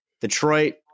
Detroit